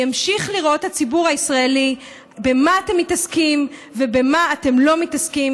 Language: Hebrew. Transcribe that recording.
והציבור הישראלי ימשיך לראות במה אתם מתעסקים ובמה אתם לא מתעסקים